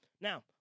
Now